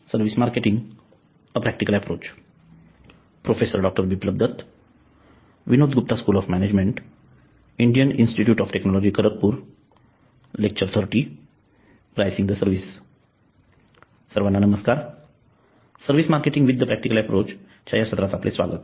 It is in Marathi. सर्वाना नमस्कार service marketing with the practical approach च्या सत्रात आपले स्वागत